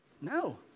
No